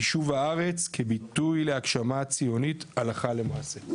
יישוב הארץ כביטוי להגשמה הציונית הלכה למעשה."